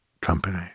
company